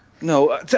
No